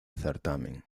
certamen